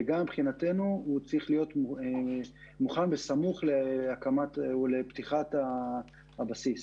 וגם מבחינתנו הוא צריך להיות מוכן בסמוך להקמת לפתיחת הבסיס.